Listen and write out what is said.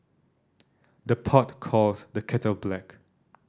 the pot calls the kettle black